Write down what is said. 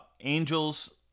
Angels